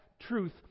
truth